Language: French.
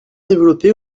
développés